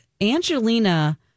Angelina